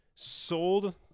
Sold